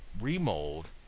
remold